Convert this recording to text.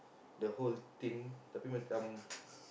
the whole thing the tapi macam